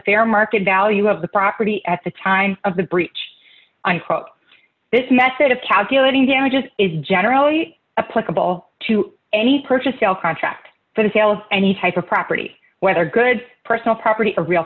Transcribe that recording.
fair market value of the property at the time of the breach this method of calculating damages is generally a plausible to any purchase sale contract for the sales any type of property whether goods personal property or real